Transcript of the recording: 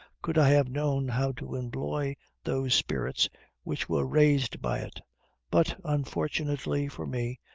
could i have known how to employ those spirits which were raised by it but, unfortunately for me,